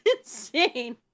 insane